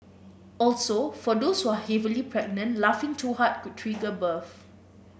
also for those who are heavily pregnant laughing too hard could trigger birth